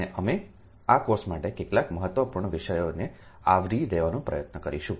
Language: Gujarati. અને અમે આ કોર્સ માટે કેટલાક મહત્વપૂર્ણ વિષયોને આવરી લેવાનો પ્રયત્ન કરીશું